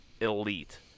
elite